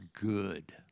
good